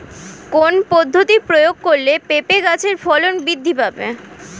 কোন পদ্ধতি প্রয়োগ করলে পেঁপে গাছের ফলন বৃদ্ধি পাবে?